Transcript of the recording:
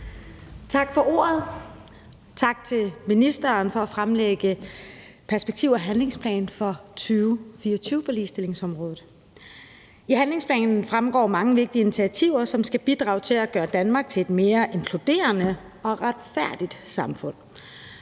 Tak for ordet. Tak til ministeren for at fremlægge perspektiv- og handlingsplan for 2024 på ligestillingsområdet. I handlingsplanen fremgår mange vigtige initiativer, som skal bidrage til at gøre Danmark til et mere inkluderende og retfærdigt samfund.